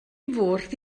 fwrdd